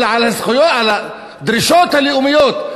אלא על הדרישות הלאומיות.